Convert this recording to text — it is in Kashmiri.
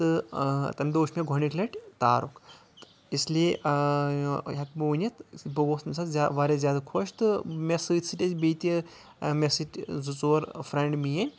تہٕ تَمہِ دوہ وٕچھ مےٚ گۄڈٕنِچ لَٹہِ تارُک اس لیے ہٮ۪کہٕ بہٕ ؤنِتھ بہٕ گوٚوُس تَمہِ ساتہٕ واریاہ خۄش تہٕ مےٚ سۭتۍ سۭتۍ ٲسۍ بییہِ تہِ مےٚ سۭتۍ زٕ ژور فریٚنٛڈ میٲنۍ